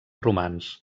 romans